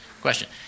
Question